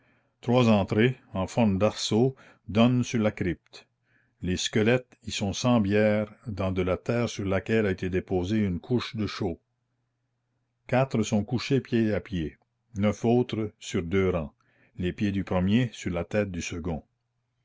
trois entrées en forme d'arceaux donnent sur la crypte les squelettes y sont sans bière dans de la terre sur laquelle a été déposée une couche de chaux quatre sont couchés pieds à pieds neuf autres sur deux rangs les pieds du premier sur la tête du second